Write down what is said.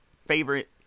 favorite